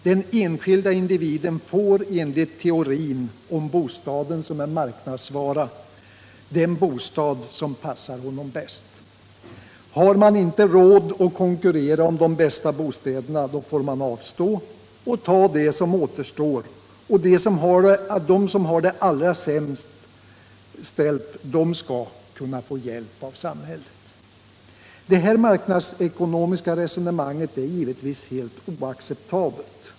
Den enskilde individen får enligt teorin om bostaden som en marknadsvara den bostad som passar honom bäst. Har man inte råd att konkurrera om de bästa bostäderna får man avstå och ta det som återstår, och de som har det allra sämst ställt skall kunna få hjälp av samhället. Detta marknadsekonomiska resonemang är givetvis helt oacceptabelt.